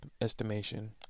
estimation